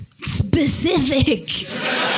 Specific